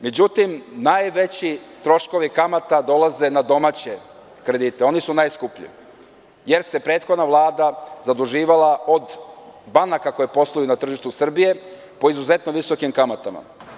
Međutim, najveći troškovi kamata dolaze na domaće kredite, oni su najskuplji, jer se prethodna Vlada zaduživala od banaka koje posluju na tržištu Srbije po izuzetno visokim kamatama.